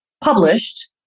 published